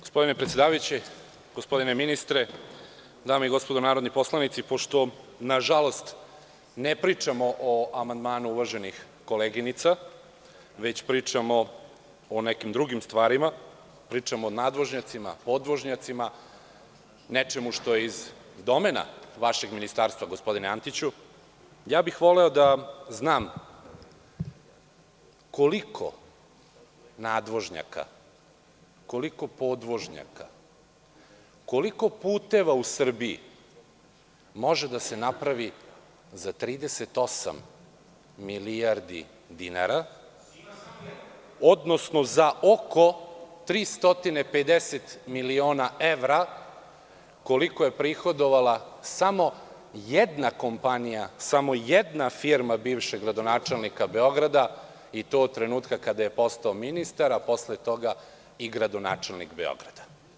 Gospodine predsedavajući, gospodine ministre, dame i gospodo narodni poslanici, pošto, nažalost, ne pričamo o amandmanu uvaženih koleginica, već pričamo o nekim drugim stvarima, pričamo o nadvožnjacima, podvožnjacima, nečemu što je iz domena vašeg ministarstva, gospodine Antiću, ja bih voleo da znam koliko nadvožnjaka, koliko podvožnjaka, koliko puteva u Srbiji može da se napravi za 38 milijardi dinara, odnosno za oko 350 miliona evra koliko je prihodovala samo jedna kompanija, samo jedna firma bivšeg gradonačelnika Beograda, i to od trenutka kada je postao ministar, a posle toga i gradonačelnik Beograda.